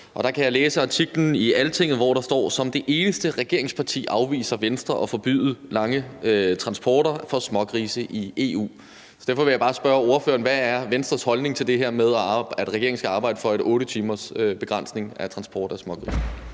Der kan jeg læse artiklen i Altinget, hvori der står: »Som eneste regeringsparti afviser V at forbyde lange transporter af smågrise«. Derfor vil jeg bare spørge ordføreren, hvad Venstres holdning er til det her med, at regeringen skal arbejde for en 8-timersbegrænsning af transport af smågrise.